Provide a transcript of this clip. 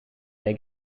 beg